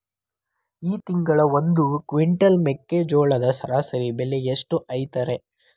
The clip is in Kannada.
ಈ ತಿಂಗಳ ಒಂದು ಕ್ವಿಂಟಾಲ್ ಮೆಕ್ಕೆಜೋಳದ ಸರಾಸರಿ ಬೆಲೆ ಎಷ್ಟು ಐತರೇ?